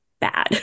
bad